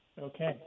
Okay